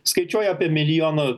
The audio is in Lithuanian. skaičiuoja apie milijono